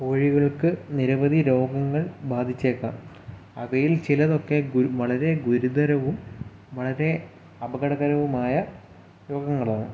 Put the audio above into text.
കോഴികൾക്ക് നിരവധി രോഗങ്ങൾ ബാധിച്ചേക്കാം അവയിൽ ചിലതൊക്കെ വളരെ ഗുരുതരവും വളരെ അപകടകരവുമായ രോഗങ്ങളാണ്